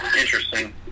Interesting